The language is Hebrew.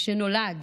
שנולד